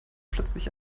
plötzlich